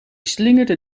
slingerde